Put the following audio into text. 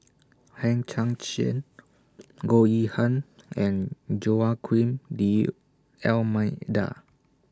Hang Chang Chieh Goh Yihan and Joaquim D'almeida